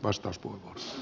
arvoisa puhemies